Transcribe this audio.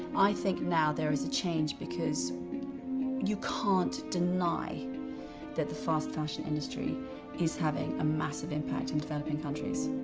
i think now there is a change because you can't deny that the fast fashion industry is having a massive impact in developing countries.